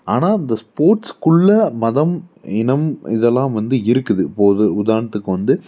ஆனால் அந்த ஸ்போர்ட்ஸ்குள்ள மதம் இனம் இதெல்லாம் வந்து இருக்குது இப்போது உது உதாரணத்துக்கு வந்து